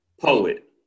poet